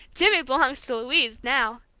jimmy belongs to louise, now,